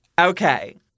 Okay